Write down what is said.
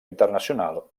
internacional